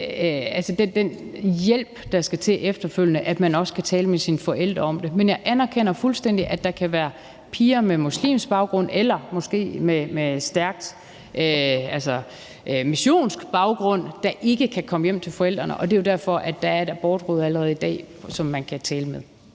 altså den hjælp, der skal til efterfølgende, i forhold til at man også kan tale med sine forældre om det. Men jeg anerkender fuldstændig, at der kan være piger med muslimsk baggrund eller måske med stærk missionsk baggrund, der ikke kan komme hjem til forældrene, og det er jo derfor, at der er et abortråd allerede i dag, som man kan tale med.